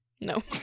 No